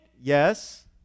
Yes